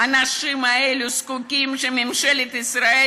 האנשים האלה זקוקים לכך שממשלת ישראל